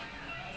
sanjay and